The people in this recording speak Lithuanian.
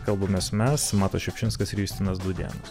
kalbamės mes matas šiupšinskas ir justinas dūdėnas